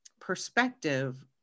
perspective